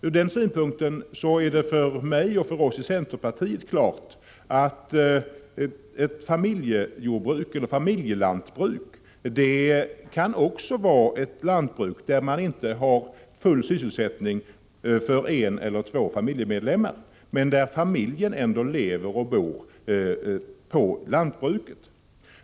Ur den synpunkten är det för mig och för centerpartiet klart att ett familjejordbruk också kan vara ett lantbruk där man inte har full sysselsättning för en eller två familjemedlemmar men där familjen ändå lever och bor.